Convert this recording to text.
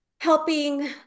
helping